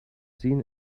seen